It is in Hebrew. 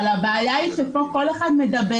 אבל הבעיה היא שפה כל אחד מדבר,